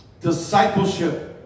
Discipleship